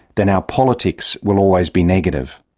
then our politics will always be negative.